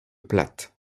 plate